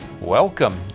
Welcome